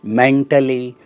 mentally